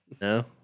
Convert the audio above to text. No